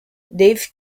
dave